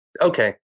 Okay